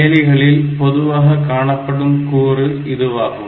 செயலிகளில் பொதுவாக காணப்படும் கூறு இதுவாகும்